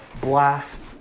blast